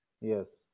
yes